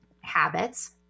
habits